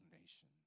nation